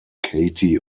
katie